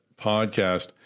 Podcast